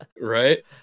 Right